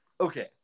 Okay